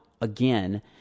again